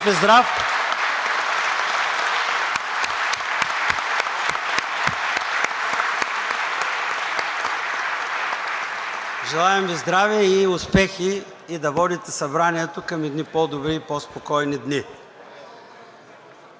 Желаем Ви здраве, успехи и да водите Събранието към едни по-добри и по-спокойни дни!